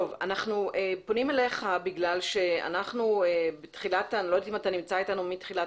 אנחנו פונים אליך אני לא יודעת אם אתה אתנו מתחילת